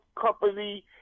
company